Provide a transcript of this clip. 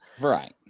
right